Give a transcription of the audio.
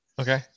okay